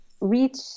reach